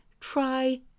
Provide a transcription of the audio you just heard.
try